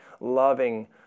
loving